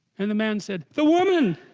and the man said the woman